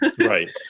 Right